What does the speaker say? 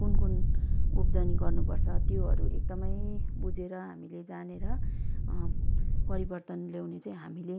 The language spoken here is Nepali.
कुन कुन उब्जनी गर्नुपर्छ त्योहरू एकदमै बुझेर हामीले जानेर परिवर्तन ल्याउने चाहिँ हामीले